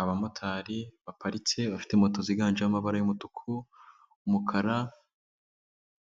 Abamotari baparitse bafite moto ziganjemo amabara y'umutuku umukara